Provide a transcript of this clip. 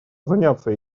заняться